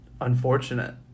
unfortunate